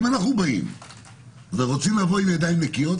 אם אנחנו רוצים לבוא בידיים נקיות,